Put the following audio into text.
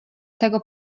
tego